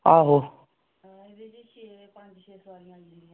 आहो